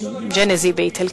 ג'נזי באיטלקית.